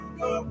go